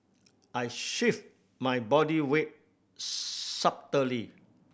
I shift my body weight subtly